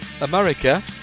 America